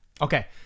Okay